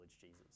Jesus